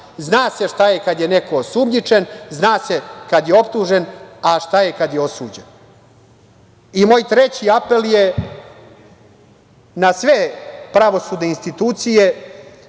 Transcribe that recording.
Zna se šta je kada je neko osumnjičen, zna se kada je optužen, a šta je kada je osuđen. Moj treći apel je na sve pravosudne institucije